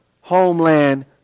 homeland